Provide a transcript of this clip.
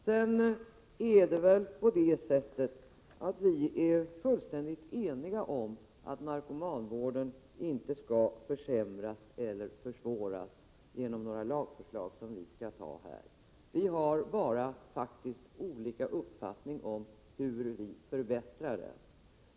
Sedan är det väl på det sättet att vi är fullständigt eniga om att narkomanvården inte skall försämras eller försvåras genom några lagförslag som vi antar här. Vi har bara olika uppfattning om hur man förbättrar vården.